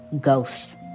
ghosts